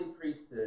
priesthood